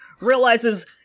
Realizes